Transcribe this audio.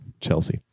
Chelsea